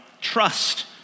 trust